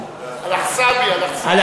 על חשבוני.